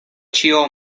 ĉio